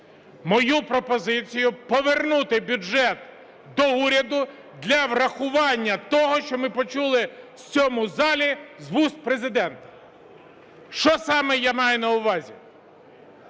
мою пропозицію повернути бюджет до уряду для врахування того, що ми почули в цьому залі з вуст Президента. Що саме я маю на увазі?